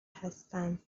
هستم